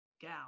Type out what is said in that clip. gal